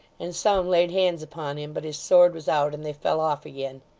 and some laid hands upon him, but his sword was out, and they fell off again.